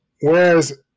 Whereas